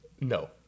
No